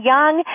Young